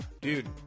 Dude